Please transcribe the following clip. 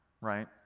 right